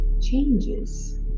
changes